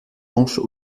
manches